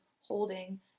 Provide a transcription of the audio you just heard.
holding